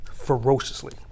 ferociously